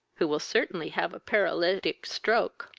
who will certainly have a parletic stroke.